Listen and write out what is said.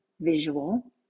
visual